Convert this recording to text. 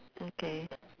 okay